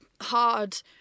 hard